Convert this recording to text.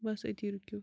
بَس أتی رُکِو